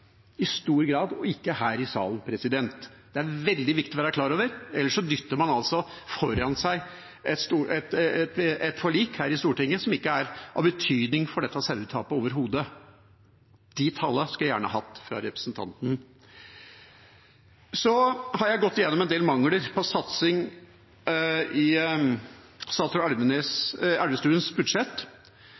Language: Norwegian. og ikke her i salen. Det er det veldig viktig å være klar over, ellers dytter man foran seg et forlik her i Stortinget som ikke er av betydning for dette sauetapet overhodet. De tallene skulle jeg gjerne hatt fra representanten. Så har jeg gått gjennom en del mangler på satsing i statsråd Elvestuens budsjett,